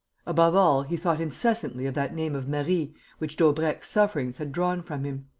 above all, he thought incessantly of that name of marie which daubrecq's sufferings had drawn from him.